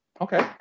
Okay